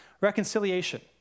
reconciliation